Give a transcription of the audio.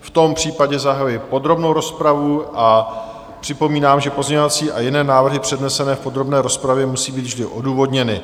V tom případě zahajuji podrobnou rozpravu a připomínám, že pozměňovací a jiné návrhy přednesené v podrobné rozpravě musí být vždy odůvodněny.